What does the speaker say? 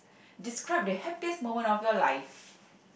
describe the happiest moment of your life